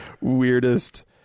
weirdest